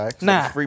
Nah